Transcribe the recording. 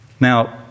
Now